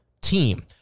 team